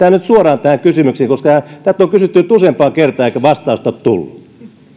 suoraan tähän kysymykseen koska tätä on kysytty nyt useampaan kertaan eikä vastausta ole tullut